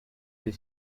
des